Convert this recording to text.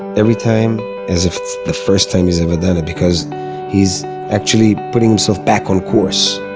everytime as if it's the first time he's ever done it because he's actually putting himself back on course.